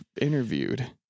interviewed